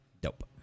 Dope